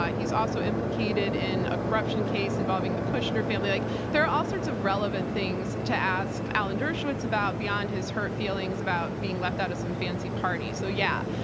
he's also implicated in a corruption case involving the kushner family. like there are all sorts of relevant things to ask alan dershowitz about beyond his hurt feelings about being left out of some fancy parties. so yeah,